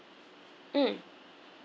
mm